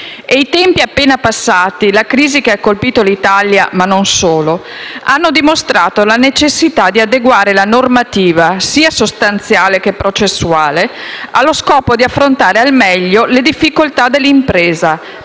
I tempi appena passati e la crisi che ha colpito l'Italia - e non solo - hanno dimostrato la necessità di adeguare la normativa, sia sostanziale che processuale, allo scopo di affrontare al meglio le difficoltà dell'impresa,